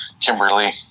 Kimberly